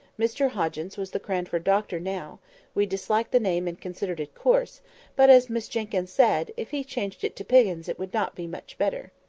mr hoggins was the cranford doctor now we disliked the name and considered it coarse but, as miss jenkyns said, if he changed it to piggins it would not be much better.